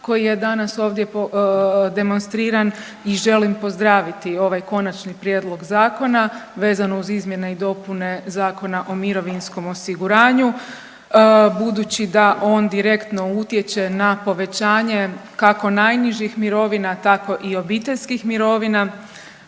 koji je danas ovdje demonstriran i želim pozdraviti ovaj konačni prijedlog zakona vezano uz izmjene i dopune Zakona o mirovinskom osiguranju budući da on direktno utječe na povećanje kako najnižih mirovina, tako i obiteljskih mirovina.